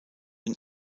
den